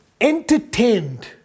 entertained